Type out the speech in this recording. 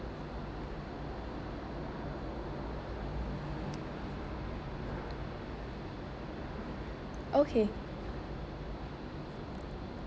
okay